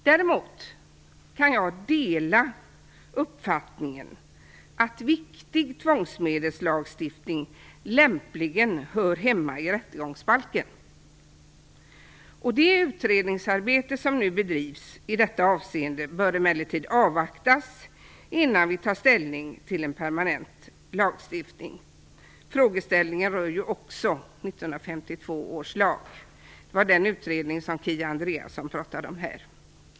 Däremot delar jag uppfattningen att viktig tvångsmedelslagstiftning lämpligen hör hemma i rättegångsbalken. Det utredningsarbete som nu bedrivs i detta avseende bör emellertid avvaktas innan vi tar ställning till en permanent lagstiftning. Frågeställningen rör ju också 1952 års lag. Det var den utredningen som Kia Andreasson talade om.